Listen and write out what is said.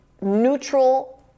neutral